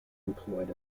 employed